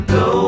go